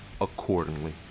accordingly